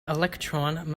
electron